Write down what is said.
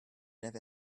never